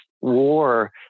war